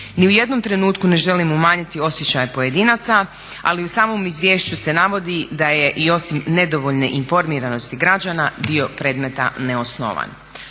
Ni u jednom trenutku ne želim umanjiti osjećaje pojedinaca, ali u samom izvješću se navodi da je i osim nedovoljne informiranosti građana dio predmeta neosnovan.